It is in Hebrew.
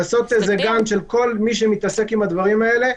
לעשות איגום של כל מי שמתעסק עם הדברים האלה,